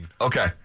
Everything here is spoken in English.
Okay